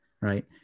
right